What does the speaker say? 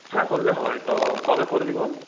হ্যাঁ করলে হয় তো কবে করবি বল